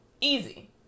easy